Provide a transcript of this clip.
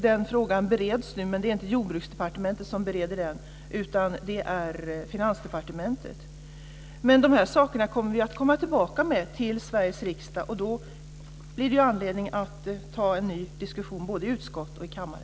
Den frågan bereds nu, men det är inte Jordbruksdepartementet som gör det utan Finansdepartementet. De här sakerna kommer vi att komma tillbaka med till Sveriges riksdag. Då blir det anledning att ta en ny diskussion, både i utskott och i kammare.